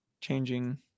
changing